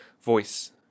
Voice